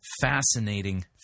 Fascinating